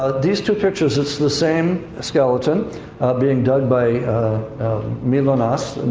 ah these two pictures, it's the same skeleton being dug by mylonas,